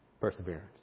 perseverance